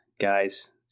guys